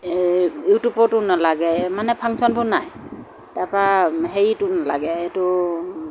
ইউটিউবতো নালাগে মানে ফাংচনবোৰ নাই তাৰপৰা সেইটো নালাগে এইটো